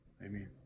Amen